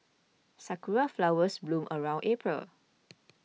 sakura flowers bloom around April